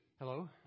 Hello